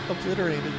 obliterated